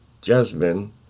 Jasmine